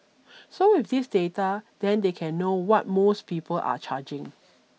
so with this data then they can know what most people are charging